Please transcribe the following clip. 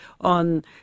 on